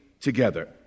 together